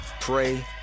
pray